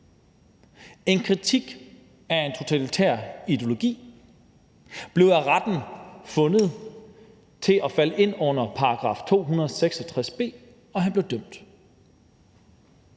En kritik af en totalitær ideologi blev af retten fundet at falde ind under § 266 b, og han blev dømt.